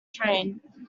train